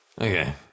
Okay